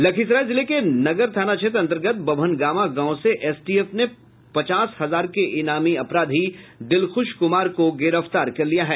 लखीसराय जिले के नगर थाना क्षेत्र अंतर्गत वभनगामा गांव से एसटीएफ ने पचास हजार के इनामी अपराधी दिलखुश कुमार को गिरफ्तार कर लिया है